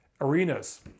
arenas